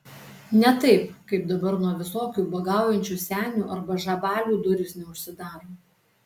ne taip kaip dabar nuo visokių ubagaujančių senių arba žabalių durys neužsidaro